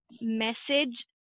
message